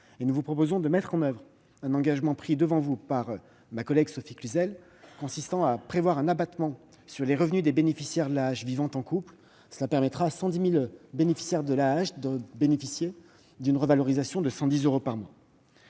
nous vous proposons de mettre en oeuvre un engagement pris devant vous par ma collègue Sophie Cluzel, consistant à prévoir un abattement sur les revenus des bénéficiaires de l'AAH vivant en couple. Cela permettra à 110 000 allocataires de bénéficier d'une revalorisation de 110 euros par mois.